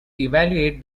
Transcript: evaluate